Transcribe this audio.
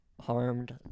harmed